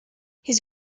his